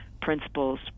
principles